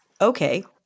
okay